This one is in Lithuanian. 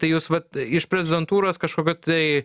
tai jūs vat iš prezidentūros kažkokio tai